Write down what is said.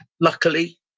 luckily